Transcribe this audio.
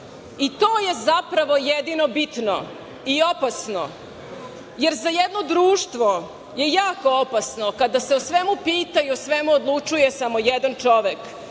je, zapravo jedino bitno i opasno, jer za jedno društvo je jako opasno kada se o svemu pita i o svemu odlučuje samo jedan čovek,